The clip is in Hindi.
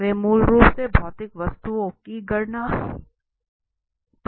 वे मूल रूप से भौतिक वस्तुओं की गणना पर आधारित होते हैं